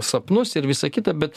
sapnus ir visa kita bet